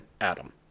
Adam